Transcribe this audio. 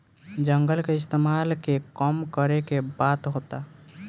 जंगल के इस्तेमाल के कम करे के बात होता